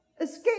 Escape